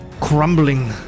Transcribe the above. crumbling